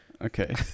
Okay